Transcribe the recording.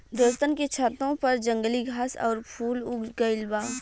दोस्तन के छतों पर जंगली घास आउर फूल उग गइल बा